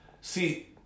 See